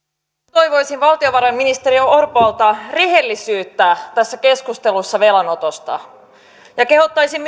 toivoisin valtiovarainministeri orpolta rehellisyyttä tässä keskustelussa velanotosta ja kehottaisin